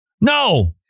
No